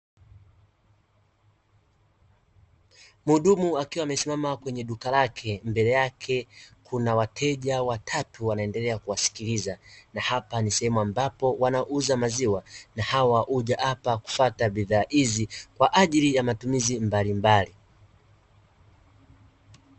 Mhudumu akiwa amesimama kwenye duka lake, mbele yake kuna wateja watatu anaendelea kuwasikiliza, na hapo ni sehemu ambapo anauza maziwa na hawa huja hapa kufata bidhaa hizi kwa ajili ya matumizi mbalimbali.